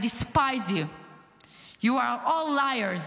You all saw, all of you saw the mutilated,